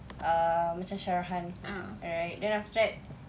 uh macam syarahan right then after that